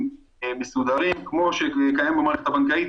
מסודרים כמו שקיים במערכת הבנקאית.